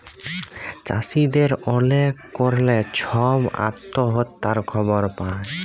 চাষীদের অলেক কারলে ছব আত্যহত্যার খবর পায়